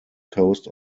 coast